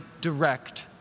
direct